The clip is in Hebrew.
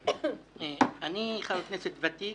אני חבר כנסת ותיק,